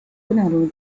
kõnealune